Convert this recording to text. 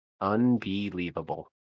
Unbelievable